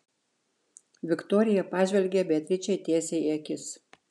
viktorija pažvelgė beatričei tiesiai į akis